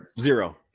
zero